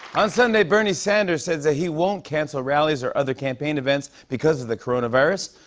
on sunday, bernie sanders said that he won't cancel rallies or other campaign events because of the coronavirus.